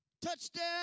Touchdown